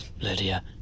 Lydia